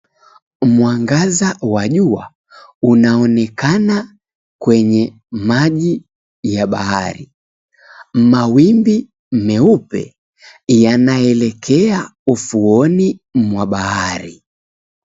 Mwangaza wa jua unaonekana kwenye maji ya bahari. Mawimbi meupe yanaelekea ufuoni mwa bahari.